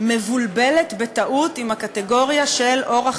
מבולבלת בטעות עם הקטגוריה של אורח